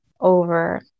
over